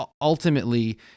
ultimately